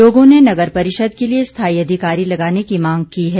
लोगों ने नगर परिषद के लिए स्थाई अधिकारी लगाने की मांग की है